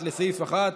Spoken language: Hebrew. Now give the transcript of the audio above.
חברי הכנסת איימן עודה,